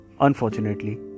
Unfortunately